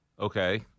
Okay